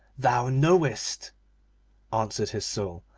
thou knowest answered his soul,